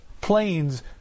Planes